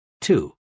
Two